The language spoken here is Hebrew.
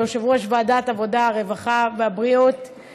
ליושב-ראש ועדת העבודה הרווחה והבריאות,